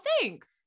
thanks